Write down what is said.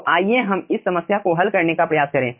तो आइए हम इस समस्या को हल करने का प्रयास करें